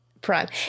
prime